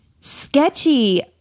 sketchy